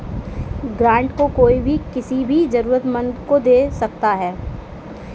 grant को कोई भी किसी भी जरूरतमन्द को दे सकता है